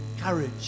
Courage